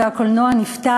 והקולנוע נפתח,